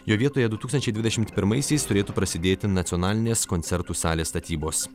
jo vietoje du tūkstančiai dvidešimt pirmaisiais turėtų prasidėti nacionalinės koncertų salės statybos